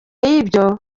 nibwo